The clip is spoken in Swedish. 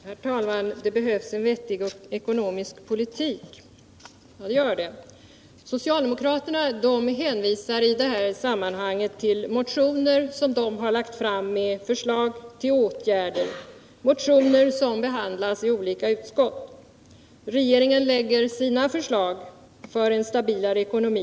Herr talman! Visst behövs det en vettig ekonomisk politik. Socialdemokraterna hänvisar i sammanhanget till motioner, som de har lagt fram, med förslag till åtgärder. Det är motioner som behandlas i olika utskott. Också regeringen lägger sina förslag till en stabilare ekonomi.